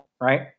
right